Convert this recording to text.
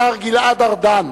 השר גלעד ארדן